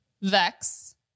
Vex